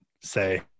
say